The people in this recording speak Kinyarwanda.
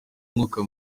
umwuka